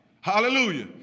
Hallelujah